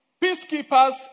Peacekeepers